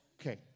Okay